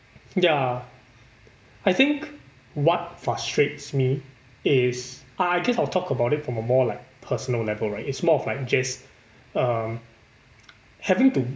ya I think what frustrates me is I guess I'll talk about it from a more like personal level right it's more of like just um having to